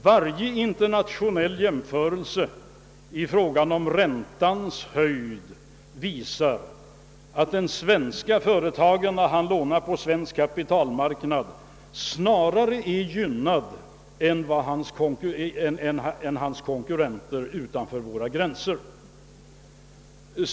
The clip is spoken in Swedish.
Varje internationell jämförelse beträffande räntenivån visar att den svenske företagaren när han lånar på svensk kapitalmarknad snarare är mera gynnad än hans konkurrenter utanför våra gränser.